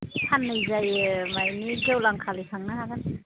साननै जायो माने गेवलांखालि थांनो हागोन